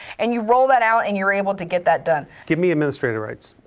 and you roll that out, and you're able to get that done. give me administrator rights.